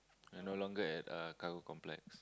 and no longer at uh cargo complex